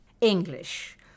English